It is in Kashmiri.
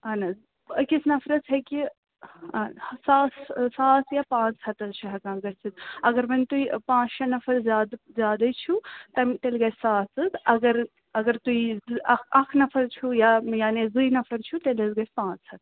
اَہَن حَظ أکِس نفرس ہیٚکہِ ساس ساس یا پانٛژھ ہتھ حَظ چھِ ہیٚکان گٔژھِتھ اگر وۄنۍ تُہۍ پانٛژھ شےٚ نفر زیادٕ زیادے چھِو تَمہِ تیٚلہِ گژھِ ساس حظ اگر اگر تُہۍ اکھ اکھ نفر چھُو یا یعنے زٕے نفر چھُو تیٛلہِ حظ گژھِ پانٛژھ ہتھ